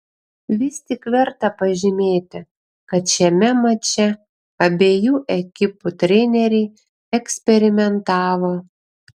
vis tik verta pažymėti kad šiame mače abiejų ekipų treneriai eksperimentavo